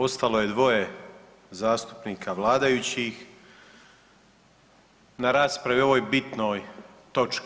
ostalo je dvoje zastupnika vladajućih na raspravi o ovoj bitnoj točki.